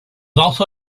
also